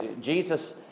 Jesus